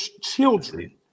Children